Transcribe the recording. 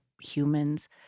humans